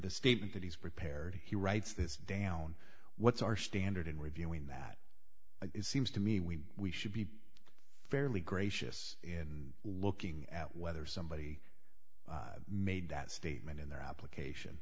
the statement that he's prepared he writes this down what's our standard in reviewing that it seems to me we should be fairly gracious in looking at whether somebody made that statement in their application